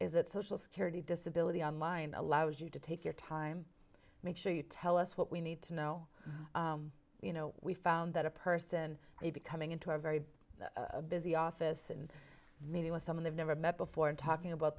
that social security disability online allows you to take your time make sure you tell us what we need to know you know we found that a person may be coming into our very busy office and meeting with some of them never met before and talking about